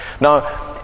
now